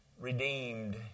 redeemed